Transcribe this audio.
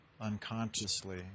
unconsciously